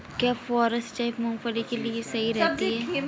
क्या फुहारा सिंचाई मूंगफली के लिए सही रहती है?